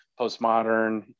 postmodern